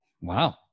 wow